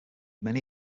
many